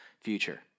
future